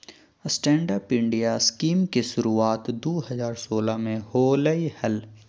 stand up India scheme के शुरुआत दू हज़ार सोलह में होलय हल